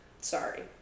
Sorry